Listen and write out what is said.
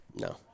No